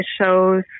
shows